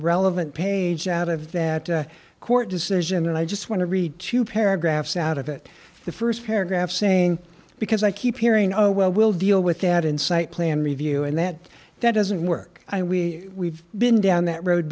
relevant page out of that court decision and i just want to read two paragraphs out of it the st paragraph saying because i keep hearing oh well we'll deal with that insight plan review and that that doesn't work i we been down that road